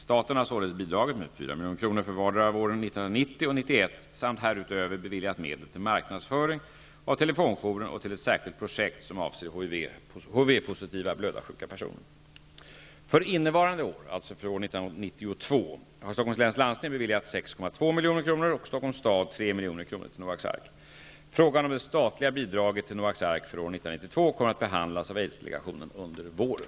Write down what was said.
Staten har således bidragit med 4 milj.kr. för vardera år av 1990 och 1991 samt härutöver beviljat medel till marknadsföring av telefonjouren och till ett särskilt projekt, som avser HIV-positiva blödarsjuka personer. För innevarande år, 1992, har Stockholms läns landsting beviljat 6,2 milj.kr. och Stockholms stad 3 milj.kr. till Noaks Ark. Frågan om det statliga bidraget till Noaks Ark för år 1992 kommer att behandlas av Aids-delegationen under våren.